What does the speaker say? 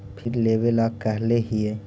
फिर लेवेला कहले हियै?